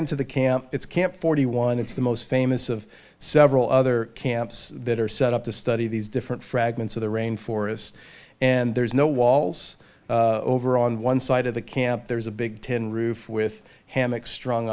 into the camp it's camp forty one it's the most famous of several other camps that are set up to study these different fragments of the rain forest and there's no walls over on one side of the camp there's a big tin roof with hammocks strong